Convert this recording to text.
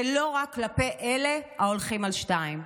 ולא רק כלפי אלה ההולכים על שתיים.